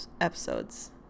episodes